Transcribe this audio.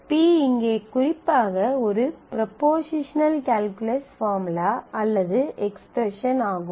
p இங்கே குறிப்பாக ஒரு ப்ரொபொசிஷனல் கால்குலஸ் பார்முலா அல்லது எக்ஸ்பிரஸன் ஆகும்